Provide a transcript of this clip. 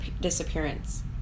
disappearance